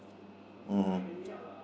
mm hmm